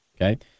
Okay